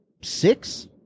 six